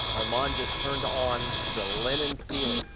armand just turned on the linen ceiling.